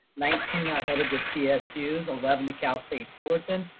nineteen are headed to csu's, eleven to cal state fullerton,